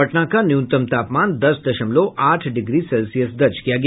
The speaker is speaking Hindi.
पटना का न्यूनतम तापमान दस दशमलव आठ डिग्री सेल्सियस दर्ज किया गया